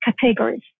categories